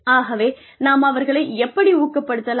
ஆகவே நாம் அவர்களை எப்படி ஊக்கப்படுத்தலாம்